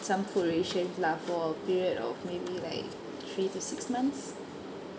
some food rations lah for a period of maybe like three to six months